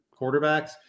quarterbacks